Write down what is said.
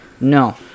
No